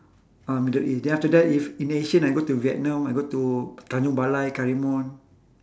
ah middle east then after that if in asia I go to vietnam I go to tanjung balai karimun